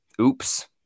Oops